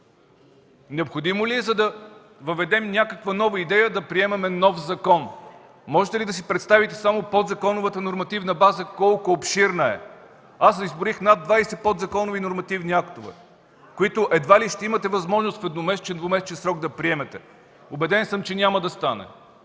Необходимо ли е, за да въведем някаква нова идея, да приемаме нов закон? Можете ли да си представите само подзаконовата нормативна база колко обширна е? Аз изброих над 20 подзаконови нормативни актове, които едва ли ще имате възможност в едномесечен, двумесечен срок да приемете! Убеден съм, че няма да стане.